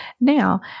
now